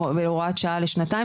בהוראת שעה לשנתיים,